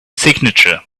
signature